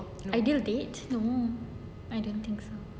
ideal date no I don't think so